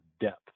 depth